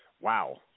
Wow